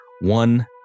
one